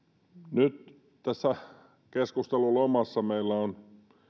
nyt tässä keskustelun lomassa meillä on